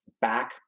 back